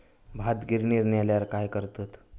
भात गिर्निवर नेल्यार काय करतत?